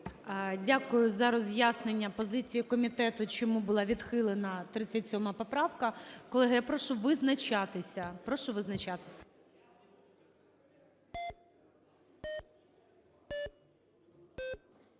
Дякую за роз'яснення позиції комітету, чому була відхилена 37 поправка. Колеги, я прошу визначатися.